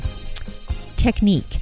technique